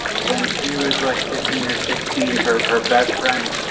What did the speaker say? when she was like fifteen or sixteen, her her best friend